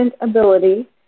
ability